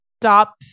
stop